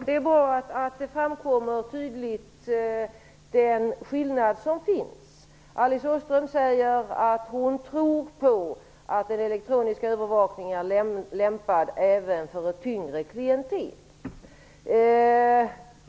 Herr talman! Det är bra att den skillnad som finns framkommer tydligt. Alice Åström säger att hon tror att elektronisk övervakning är lämpad även för ett tyngre klientel.